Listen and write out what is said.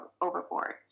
overboard